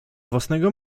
własnego